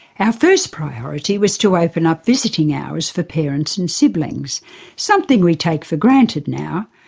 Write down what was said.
our first priority was to open up visiting hours for parents and siblings something we take for granted now,